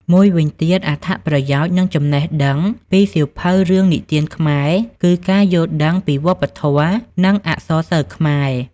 មួយវិញទៀតអត្ថប្រយោជន៍ និងចំណេះដឹងពីសៀវភៅរឿងនិទានខ្មែរគឺ ការយល់ដឹងពីវប្បធម៌ និងអក្សរសិល្ប៍ខ្មែរ។